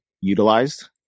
utilized